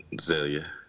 Zelia